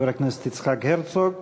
חבר הכנסת יצחק הרצוג,